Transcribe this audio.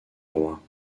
roi